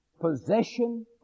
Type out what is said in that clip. possession